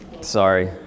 sorry